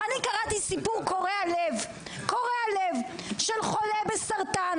אני קראתי סיפור קורע לב של חולה בסרטן